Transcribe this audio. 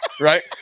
right